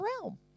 realm